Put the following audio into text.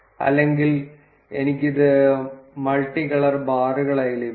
അല്ലെങ്കിൽ എനിക്ക് ഇത് മൾട്ടികളർ ബാറുകളായി ലഭിക്കും